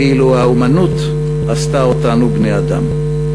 ואילו האמנות עשתה אותנו בני-אדם".